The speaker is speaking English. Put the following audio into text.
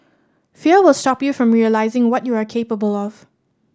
fear will stop you from realising what you are capable of